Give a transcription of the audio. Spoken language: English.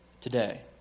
today